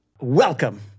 Welcome